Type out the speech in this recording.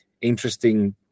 interesting